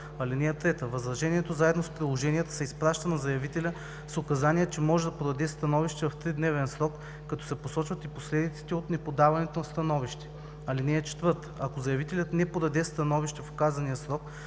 (3) Възражението заедно с приложенията се изпраща на заявителя с указания, че може да подаде становище в тридневен срок, като се посочват и последиците от неподаването на становище. (4) Ако заявителят не подаде становище в указания срок,